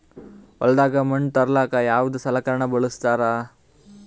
ಹೊಲದಾಗ ಮಣ್ ತರಲಾಕ ಯಾವದ ಸಲಕರಣ ಬಳಸತಾರ?